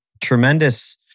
tremendous